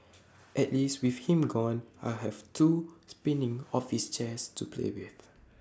at least with him gone I'll have two spinning office chairs to play with